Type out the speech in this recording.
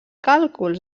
càlculs